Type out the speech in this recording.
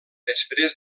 després